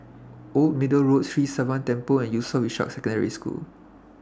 Old Middle Road Sri Sivan Temple and Yusof Ishak Secondary School